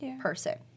person